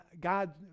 God